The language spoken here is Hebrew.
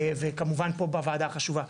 וכמובן פה בוועדה החשובה: